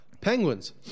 Penguins